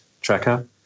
tracker